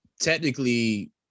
technically